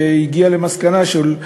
שהגיעה למסקנה של,